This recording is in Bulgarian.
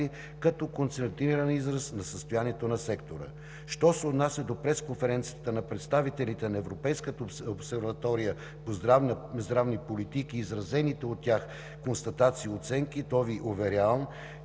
като концентриран израз на състоянието на сектора. Що се отнася до пресконференцията на представителите на Европейската обсерватория за здравни политики и изразените от тях констатации и оценки, то Ви уверявам,